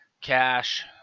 cash